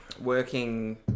working